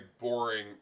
boring